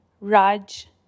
Raj